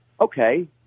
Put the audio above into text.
okay